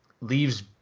leaves